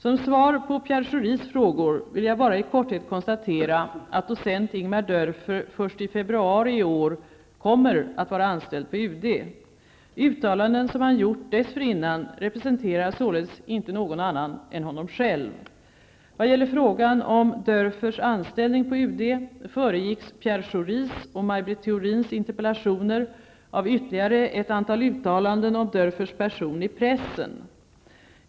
Som svar på Pierre Schoris frågor vill jag bara i korthet konstatera att docent Ingemar Dörfer först i februari i år kommer att vara anställd på UD. Uttalanden som han gjort dessförinnan representerar således inte någon annan än honom själv. Vad gäller frågan om Dörfers anställning på UD föregicks Pierre Schoris och Maj Britt Theorins interpellationer av ytterligare ett antal uttalanden om Dörfers person i pressen.